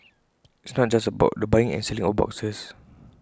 it's not just about the buying and selling of boxes